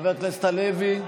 חבר הכנסת הלוי,